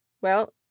Well